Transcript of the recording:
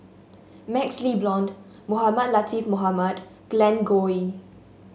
MaxLe Blond Mohamed Latiff Mohamed Glen Goei